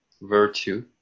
virtue